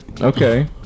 Okay